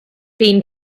been